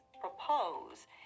propose